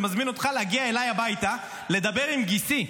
אני מזמין אותך להגיע אליי הביתה לדבר עם גיסי,